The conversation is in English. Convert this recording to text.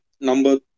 number